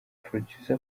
producer